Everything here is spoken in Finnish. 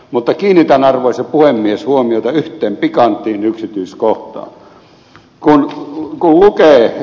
mutta kiinnitän arvoisa puhemies huomiota yhteen pikanttiin yksityiskohtaan